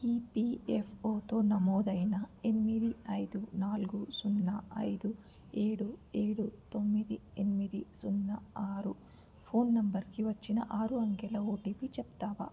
ఈపీఎఫ్ఓతో నమోదైన ఎనిమిది ఐదు నాలుగు సున్న ఐదు ఏడు ఏడు తొమ్మిది ఎనిమిది సున్న ఆరు ఫోన్ నంబర్కి వచ్చిన ఆరు అంకెల ఓటిపి చెప్తావా